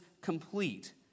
complete